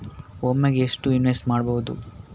ಒಮ್ಮೆಗೆ ಎಷ್ಟು ಇನ್ವೆಸ್ಟ್ ಮಾಡ್ಬೊದು?